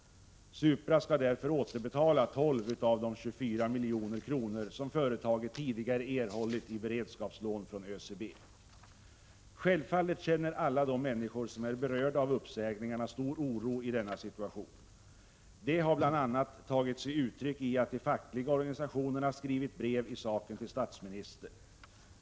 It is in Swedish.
Supra skall därför återbetala 12 av de 24 milj.kr. som företaget tidigare erhållit i beredskapslån av ÖCB. Självfallet känner alla de människor som är berörda av uppsägningarna stor oro i denna situation. Det har bl.a. tagit sig uttryck i att de fackliga organisationerna skrivit brev i saken till statsministern.